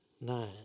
nine